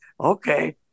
Okay